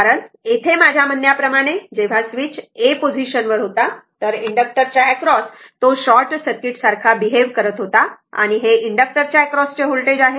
कारण येथे माझ्या म्हणण्याप्रमाणे जेव्हा स्विच a पोझिशन वर होता तर इंडक्टर च्या एक्रॉस तो शॉर्ट सर्किट सारखा बिहेव करत होता आणि हे इंडक्टरच्या एक्रॉस चे व्होल्टेज आहे